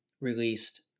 released